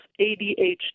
ADHD